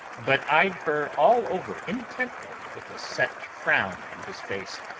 but eyed her all over intently with a set frown on his face.